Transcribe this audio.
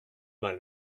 mal